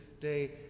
day